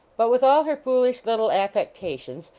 but with all her foolish little affectations,